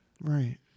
Right